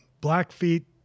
Blackfeet